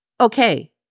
okay